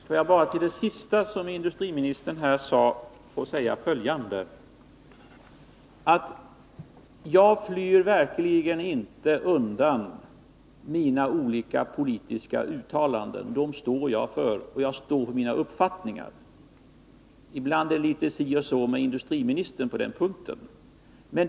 Herr talman! Får jag bara som svar på det som industriminstern senast sade säga följande. Jag flyr verkligen inte undan mina olika politiska uttalanden; dem står jag för, och jag står också för mina uppfattningar. Ibland är det däremot litet si och så med industriministern på den punkten.